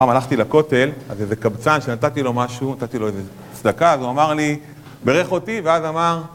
פעם הלכתי לכותל, אז איזה קבצן, שנתתי לו משהו, נתתי לו איזה צדקה, אז הוא אמר לי, ברך אותי, ואז אמר...